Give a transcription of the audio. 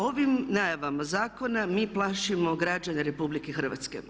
Ovim najavama zakona mi plašimo građane Republike Hrvatske.